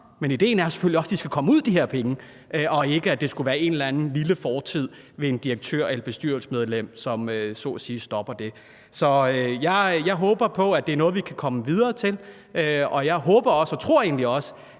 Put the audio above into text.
Men idéen er selvfølgelig også, at de her penge skal komme ud, og ikke, at det skulle være en eller anden lille hændelse i fortiden med en direktør eller et bestyrelsesmedlem, som så at sige stopper det. Så jeg håber på, at det er noget, vi kan komme videre med, og jeg håber og tror egentlig også,